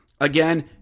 Again